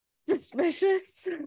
suspicious